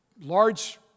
Large